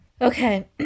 Okay